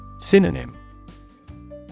Synonym